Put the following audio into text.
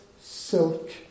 silk